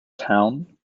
town